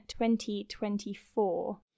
2024